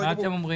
מה דעתכם?